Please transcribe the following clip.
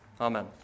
Amen